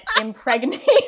impregnate